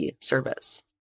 service